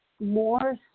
more